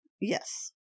Yes